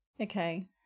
Okay